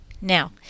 now